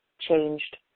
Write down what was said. changed